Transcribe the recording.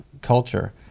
culture